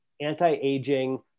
anti-aging